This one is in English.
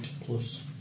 plus